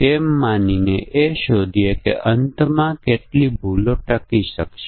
ત્યાં એક કરતા વધુ ક્રિયા હોઈ શકે છે જે થઈ શકે છે